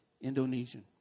Indonesian